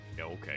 Okay